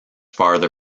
farther